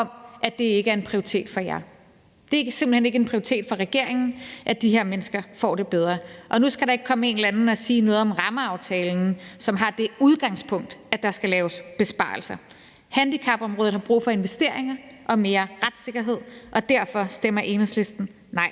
om, at det ikke er en prioritet for jer. Det er simpelt hen ikke en prioritet for regeringen, at de her mennesker får det bedre. Nu skal der ikke komme en eller anden og sige noget om rammeaftalen, som har det udgangspunkt, at der skal laves besparelser. Handicapområdet har brug for investeringer og mere retssikkerhed, og derfor stemmer Enhedslisten nej